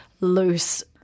loose